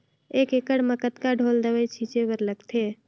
एक एकड़ म कतका ढोल दवई छीचे बर लगथे?